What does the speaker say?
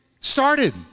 started